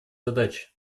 задачи